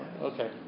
okay